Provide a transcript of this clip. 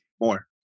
more